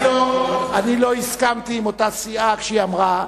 אני לא הסכמתי עם אותה סיעה כשהיא אמרה.